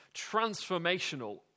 transformational